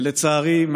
לצערי,